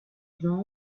john